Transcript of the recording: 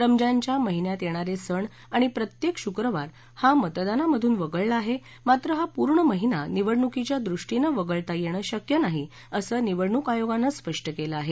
रमजान च्या महिन्यात येणारे सण आणि प्रत्येक शुक्रवार हा मतदानामधून वगळला आहे मात्र हा पूर्ण महिना निवडणुकीच्या दृष्टीनं वगळता येणं शक्य नाही असं निवडणुक आयोगानं स्पष्ट केलं आहे